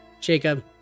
Jacob